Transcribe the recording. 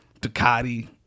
Ducati